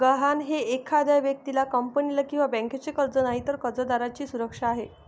गहाण हे एखाद्या व्यक्तीला, कंपनीला किंवा बँकेचे कर्ज नाही, तर कर्जदाराची सुरक्षा आहे